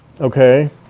Okay